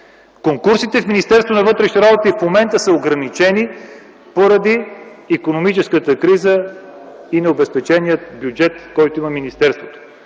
момента са ограничени поради икономическата криза и необезпечения бюджет, който има министерството.